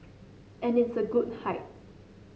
and it's a good height